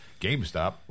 GameStop